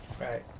Right